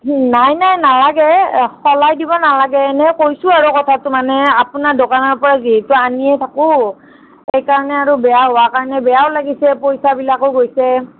নাই নাই নেলাগে সলাই দিব নালাগে এনেই কৈছোঁ আৰু কথাটো মানে আপোনাৰ দোকানৰ পৰা যিহেতু আনিয়েই থাকোঁ সেইকাৰণে আৰু বেয়া হোৱাৰ কাৰণে বেয়াও লাগিছে পইচাবিলাকো গৈছে